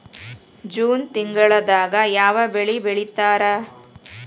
June ತಿಂಗಳದಾಗ ಯಾವ ಬೆಳಿ ಬಿತ್ತತಾರ?